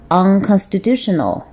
unconstitutional